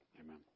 Amen